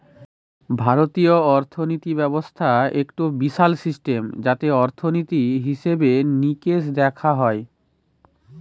ভারতীয় অর্থিনীতি ব্যবস্থা একটো বিশাল সিস্টেম যাতে অর্থনীতি, হিসেবে নিকেশ দেখা হয়